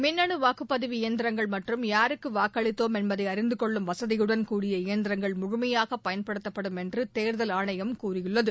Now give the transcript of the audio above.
மின்னனு வாக்குப் பதிவு எந்திரங்கள் மற்றும் யாருக்கு வாக்களித்தோம் என்பதை அறிந்து கொள்ளும் வசதியுடன் கூடிய எந்திரங்கள் முழுமையாக பயன்படுத்தப்படும் என்று தேர்தல் ஆணையம் கூறியுள்ளது